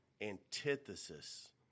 antithesis